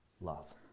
love